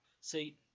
see